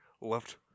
left